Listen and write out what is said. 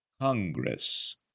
Congress